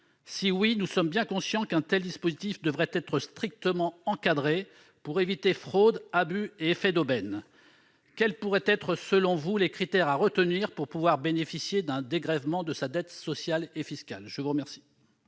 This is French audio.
le cas, nous sommes bien conscients qu'un tel dispositif devrait être strictement encadré, pour éviter fraudes, abus et effets d'aubaine. Ainsi, quels pourraient être, selon vous, les critères à réunir pour bénéficier d'un dégrèvement de dette sociale et fiscale ? La parole